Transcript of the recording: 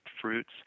fruits